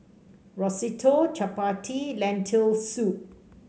Risotto Chapati Lentil Soup